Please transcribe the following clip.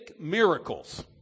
miracles